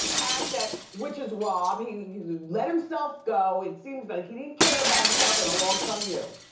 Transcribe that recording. asset which is rob, he let himself go, it seems like he didn't care about himself, and along come you.